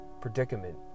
predicament